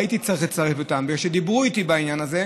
הייתי צריך לצרף אותם והם דיברו איתי בעניין הזה,